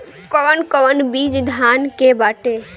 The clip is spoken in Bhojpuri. कौन कौन बिज धान के बाटे?